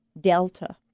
delta